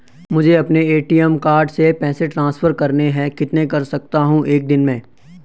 मुझे अपने ATM card से पैसे ट्रांसफर करने हैं कितने कर सकता हूँ एक दिन में?